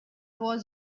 was